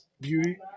beauty